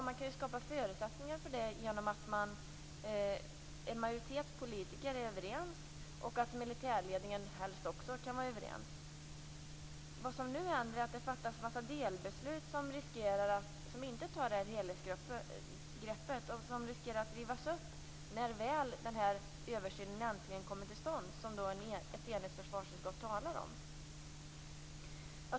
Man kan skapa förutsättningar för det genom att en majoritet av politiker är överens och att militärledningen helst också är överens. Nu fattas en mängd delbeslut som riskerar att rivas upp när väl den översyn äntligen kommer till stånd som ett enigt försvarsutskott talar om.